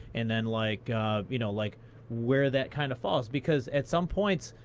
and then like you know like where that kind of falls? because at some points,